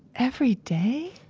every day?